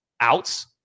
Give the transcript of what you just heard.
outs